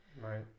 Right